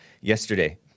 yesterday